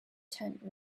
tent